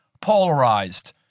polarized